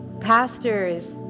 pastors